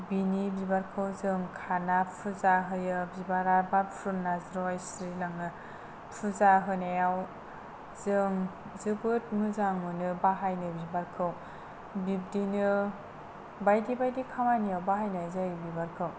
बिनि बिबारखौ जों खाना फुजा होयो बिबारा बारफ्रुना ज्रय सिरिलाङो फुजा होनायाव जों जोबोद मोजां मोनो बाहायनो बिबारखौ बिबदिनो बायदि बायदि खामानियाव बाहायनाय जायो बिबारखौ